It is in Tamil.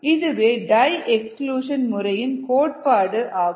இதுவே டை எக்ஸ்கிளூஷன் முறையின் கோட்பாடு ஆகும்